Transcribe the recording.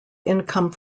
income